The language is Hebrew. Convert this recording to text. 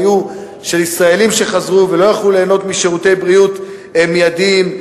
ישראלים שחזרו ולא יכלו ליהנות משירותי בריאות מיידיים.